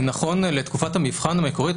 נכון לתקופת המבחן המקורית,